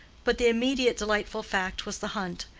but the immediate delightful fact was the hunt,